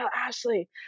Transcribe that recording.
Ashley